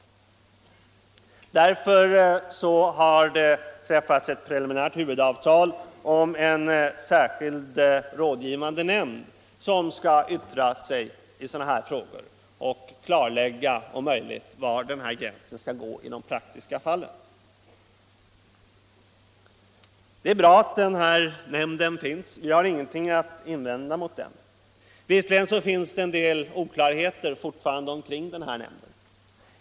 Därför har det träffats ett preliminärt huvudavtal om en speciell rådgivande nämnd som skall yttra sig i sådana här frågor och om möjligt klarlägga var gränsen skall gå i de praktiska fallen. Det är bra att den här nämnden finns. Vi har ingenting att invända mot den, även om det fortfarande finns en del oklarheter omkring nämnden.